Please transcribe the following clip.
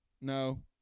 No